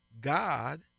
God